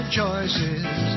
choices